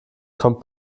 kommt